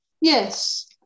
Yes